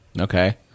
Okay